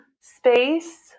space